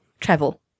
Travel